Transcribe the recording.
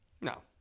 No